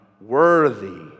worthy